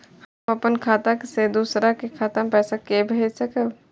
हम अपन खाता से दोसर के खाता मे पैसा के भेजब?